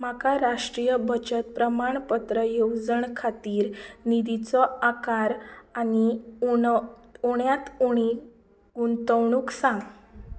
म्हाका राष्ट्रीय बचत प्रमाणपत्र येवजण खातीर निदीचो आकार आनी उणो उण्यांत उणी गुंतवणूक सांग